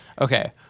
Okay